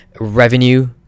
revenue